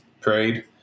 prayed